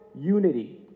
unity